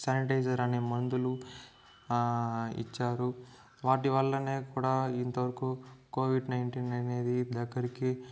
sanitiser అనే మందులు ఇచ్చారు వాటి వల్లనే కూడా ఇంతవరకు కోవిడ్ నైన్టీన్ అనేది దగ్గరికి